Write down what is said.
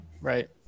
Right